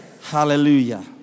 Hallelujah